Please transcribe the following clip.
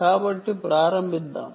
కాబట్టి సెషన్ 0 ప్రారంభిద్దాం